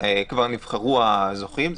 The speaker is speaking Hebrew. וכבר נבחרו הזוכים.